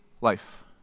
life